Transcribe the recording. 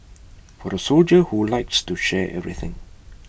for the soldier who likes to share everything